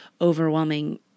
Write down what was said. overwhelming